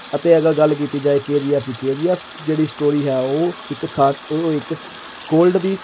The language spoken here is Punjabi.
ਅਤੇ ਅਗਰ ਗੱਲ ਕੀਤੀ ਜਾਏ ਕੇ ਜੀ ਐੱਫ ਦੀ ਕੇ ਜੀ ਐੱਫ 'ਚ ਜਿਹੜੀ ਸਟੋਰੀ ਹੈ ਉਹ ਇੱਕ ਖਾ ਉਹ ਇੱਕ ਗੋਲਡ ਦੀ